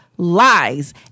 Lies